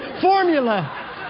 formula